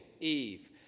Eve